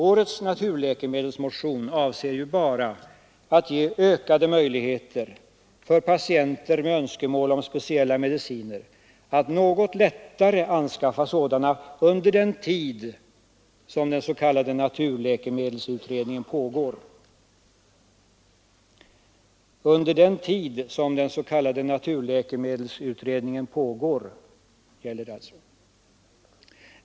Årets naturläkemedelsmotion avser endast att ge ökade möjligheter för patienter med önskemål om speciella mediciner att något lättare än nu anskaffa sådana under den tid som den s.k. naturläkemedelsutredningen pågår — den tiden gäller det alltså.